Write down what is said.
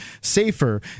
safer